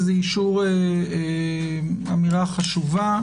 זו אמירה חשובה.